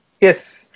yes